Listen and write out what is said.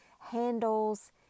handles